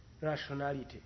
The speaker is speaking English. rationality